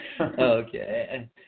Okay